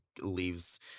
leaves